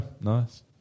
Nice